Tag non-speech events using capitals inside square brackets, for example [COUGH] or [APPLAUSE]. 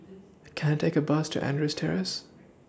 [NOISE] Can I Take A Bus to Andrews Terrace [NOISE]